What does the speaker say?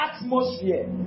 atmosphere